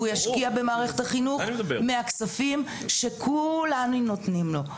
הוא ישקיע במערכת החינוך מהכספים שכולם נותנים לו.